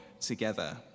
together